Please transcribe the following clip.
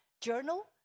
journal